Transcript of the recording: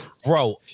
Bro